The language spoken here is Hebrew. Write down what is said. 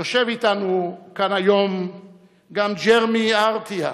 יושב אתנו כאן היום גם ג'רמי ארטיה,